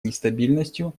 нестабильностью